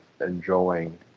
enjoying